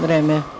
Vreme.